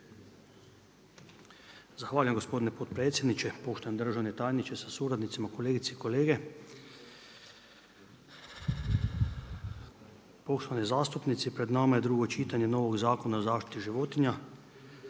Zahvaljujem gospodine potpredsjedniče, poštovani državni tajniče sa suradnicima, kolegice i kolege, poštovani zastupnici. Pred nama je drugo čitanje novog Zakona o zaštiti životinja